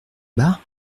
bas